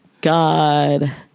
God